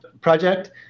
project